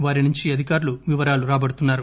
వారి నుంచి అధికారులు వివరాలు రాబడుతున్నారు